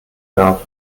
darf